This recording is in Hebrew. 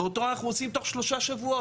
ואותו אנחנו עושים בתוך שלושה שבועות.